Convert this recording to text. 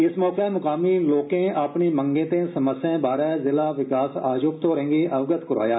इस मौके मुकामी लोकें उनेंगी दरपेश मंगें ते समस्याएं बारै जिला विकास आयुक्त होरें गी अवगत करौआया